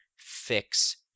Fix